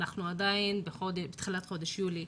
כשאנחנו עדיין בתחילת חודש יולי.